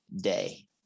day